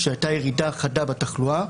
כשהייתה ירידה חדה בתחלואה,